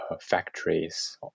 factories